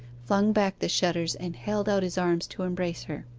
flung back the shutters, and held out his arms to embrace her.